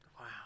Wow